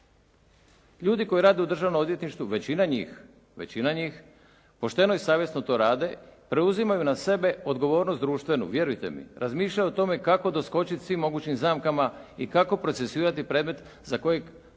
Ljudi koji rade u Državnom odvjetništvu, većina njih pošteno i savjesno to rade, preuzimaj na sebe odgovornost društvenu vjerujte mi, razmišlja o tome kako doskočiti svim mogućim zamkama i kako procesuirati predmet za kojeg